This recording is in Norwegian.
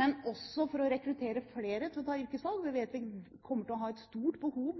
men også for å rekruttere flere til å ta yrkesvalg – vi vet at vi kommer til å ha et stort behov